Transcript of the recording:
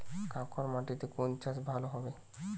কাঁকর মাটিতে কোন চাষ ভালো হবে?